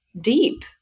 deep